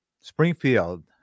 Springfield